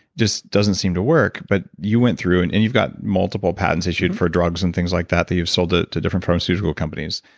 just doesn't seem to work. but you went through, and and you've got multiple patents issued for drugs, and things like that that you've sold ah to different pharmaceutical companies.